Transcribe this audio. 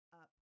up